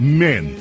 men